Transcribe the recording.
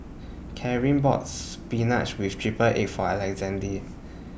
Carin bought Spinach with Triple Egg For Alexande